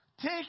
Take